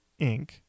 Inc